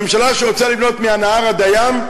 ממשלה שרוצה לבנות מהנהר עד הים,